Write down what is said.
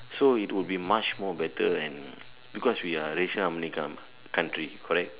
so it will be much more better and because we are racial harmony coun~ country correct